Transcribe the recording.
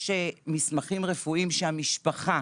יש מסמכים רפואיים שהמשפחה,